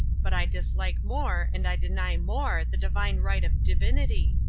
but i dislike more and i deny more the divine right of divinity.